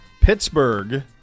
Pittsburgh